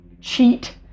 cheat